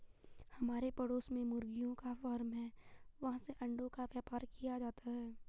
हमारे पड़ोस में मुर्गियों का फार्म है, वहाँ से अंडों का व्यापार किया जाता है